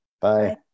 Bye